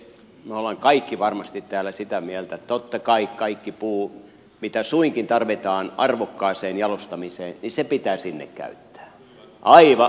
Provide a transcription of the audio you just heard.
me olemme kaikki varmasti täällä sitä mieltä että totta kai kaikki puu mitä suinkin tarvitaan arvokkaaseen jalostamiseen pitää sinne käyttää aivan absoluuttisesti